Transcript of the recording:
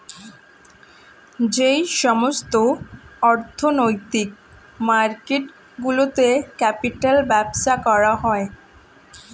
যেই সমস্ত অর্থনৈতিক মার্কেট গুলোতে ক্যাপিটাল ব্যবসা হয়